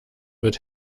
wird